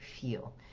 feel